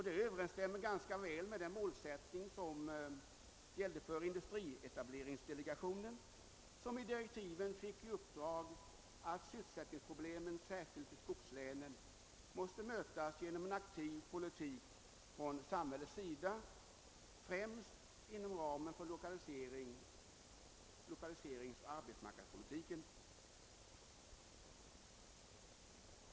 Det överensstämmer ganska väl med den målsättning som gällde för industrietableringsdelegationen, som enligt direktiven fick i uppdrag att sysselsättningsproblemen särskilt i skogslänen måste mötas genom en aktiv politik från samhällets sida främst inom ramen för 1okaliseringsoch arbetsmarknadspolitiken.